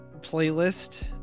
playlist